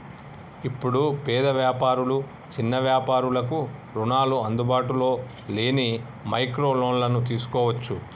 ఇప్పుడు పేద వ్యాపారులు చిన్న వ్యాపారులకు రుణాలు అందుబాటులో లేని మైక్రో లోన్లను తీసుకోవచ్చు